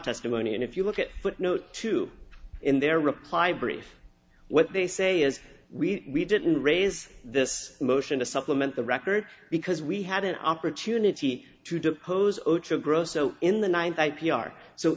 testimony and if you look at footnote two in their reply brief what they say is we didn't raise this motion to supplement the record because we had an opportunity to depose ochoa grosso in the ninth i p r so